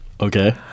Okay